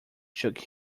shook